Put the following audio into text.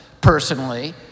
personally